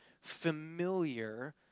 familiar